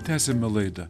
tęsiame laidą